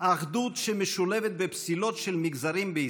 אחדות שמשולבת בפסילות של מגזרים בישראל,